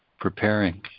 preparing